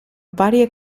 varie